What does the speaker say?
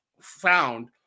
found